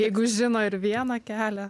jeigu žino ir vieną kelią